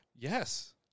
Yes